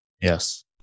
Yes